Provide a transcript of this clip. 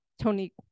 Tony